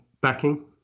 backing